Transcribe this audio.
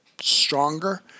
stronger